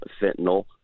fentanyl